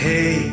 Hey